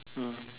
mm